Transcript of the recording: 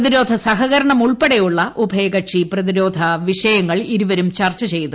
പ്രതിരോധ സഹകരണം ഉൾപ്പെടെയുള്ള ഉഭയകക്ഷി പ്രതിരോധ വിഷയങ്ങൾ ഇരുവരും ചർച്ചു ചെയ്തു